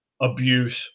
abuse